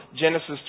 Genesis